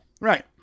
Right